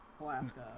Alaska